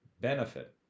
benefit